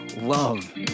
love